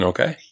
Okay